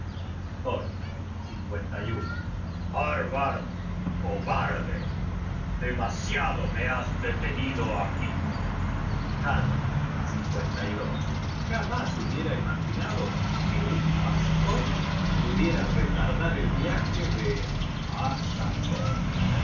thor harbard cobarde demasiado me has detenido aquí content from google book search generated at harbard jamás hubiera imaginado que un pastor pudiera retardar el viaje de